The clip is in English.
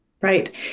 Right